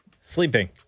Sleeping